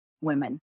women